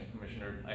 Commissioner